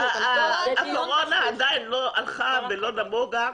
הקורונה עדיין לא הלכה ולא נמוגה.